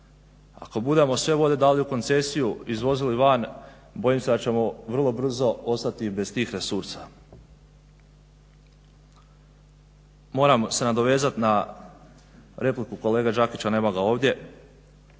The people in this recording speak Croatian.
Ako budemo sve vode dali u koncesiju i izvozili van bojim se da ćemo vrlo brzo ostati i bez tih resursa. Moram se nadovezati na repliku kolege Đakića, nema ga ovdje,